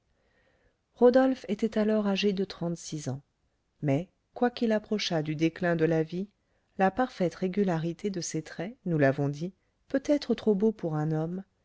rodolphe était alors âgé de trente-six ans mais quoiqu'il approchât du déclin de la vie la parfaite régularité de ses traits nous l'avons dit peut-être trop beaux pour un homme